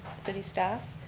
city staff.